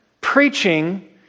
Preaching